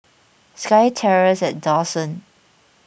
SkyTerrace at Dawson